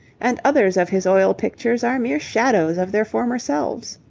and others of his oil-pictures are mere shadows of their former selves.